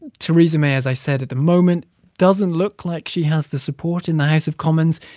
theresa may, as i said, at the moment doesn't look like she has the support in the house of commons.